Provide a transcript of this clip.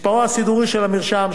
מספרו הסידורי של המרשם,